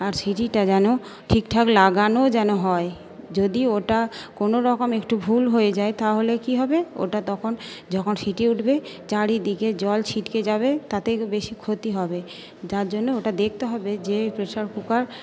আর সিটিটা যেন ঠিকঠাক লাগানো যেন হয় যদি ওটা কোনো রকম একটু ভুল হয়ে যায় তাহলে কি হবে ওটা তখন যখন সিটি উঠবে চারিদিকে জল ছিটকে যাবে তাতে বেশি ক্ষতি হবে যার জন্য ওটা দেখতে হবে যে প্রেশার কুকার